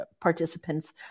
participants